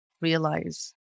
realize